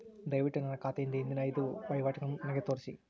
ದಯವಿಟ್ಟು ನನ್ನ ಖಾತೆಯಿಂದ ಹಿಂದಿನ ಐದು ವಹಿವಾಟುಗಳನ್ನು ನನಗೆ ತೋರಿಸಿ